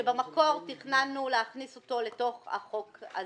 שבמקור תכננו להכניס אותו לתוך החוק הזה.